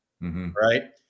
Right